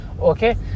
Okay